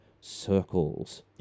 circles